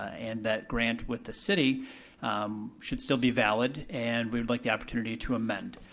and that grant with the city should still be valid. and we would like the opportunity to amend.